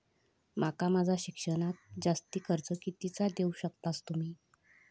माका माझा शिक्षणाक जास्ती कर्ज कितीचा देऊ शकतास तुम्ही?